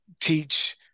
teach